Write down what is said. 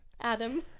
Adam